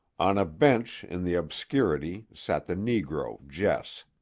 on a bench in the obscurity sat the negro jess.